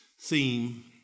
theme